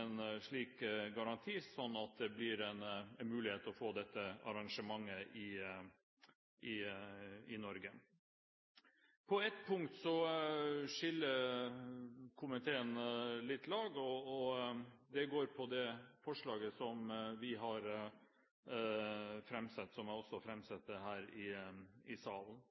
en slik garanti, sånn at det blir en mulighet til å få dette arrangementet i Norge. På ett punkt skiller komiteen litt lag, og det går på det forslaget som vi har framsatt, og som jeg også framsetter her i salen.